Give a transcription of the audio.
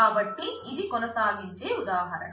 కాబట్టి ఇది కొనసాగించే ఉదాహరణ